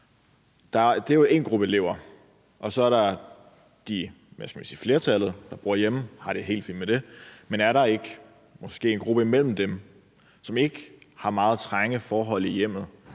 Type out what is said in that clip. gælder jo én gruppe elever, og så er der flertallet, der bor hjemme, og har det helt fint med det, men er der måske ikke en gruppe mellem dem, som ikke har meget trange forhold i hjemmet,